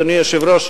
אדוני היושב-ראש,